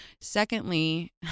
Secondly